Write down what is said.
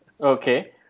Okay